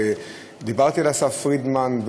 דיברתי על אסף פרידמן,